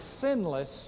sinless